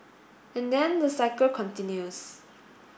and then the cycle continues